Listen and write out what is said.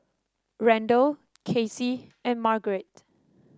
Randall Casey and Margaret